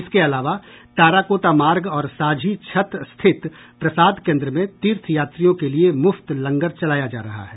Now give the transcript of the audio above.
इसके अलावा ताराकोटा मार्ग और साझी छत स्थित प्रसाद केन्द्र में तीर्थयात्रियों के लिए मुफ्त लंगर चलाया जा रहा है